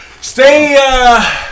stay